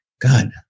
God